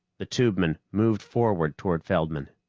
the tubemen moved forward toward feldman.